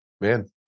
Man